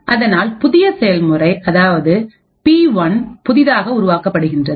அதனால் புதிய செயல்முறை அதாவது பி1புதிதாக உருவாக்கப்படுகின்றது